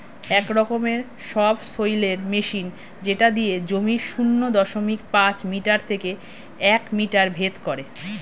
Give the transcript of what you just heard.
এক রকমের সবসৈলের মেশিন যেটা দিয়ে জমির শূন্য দশমিক পাঁচ মিটার থেকে এক মিটার ভেদ করে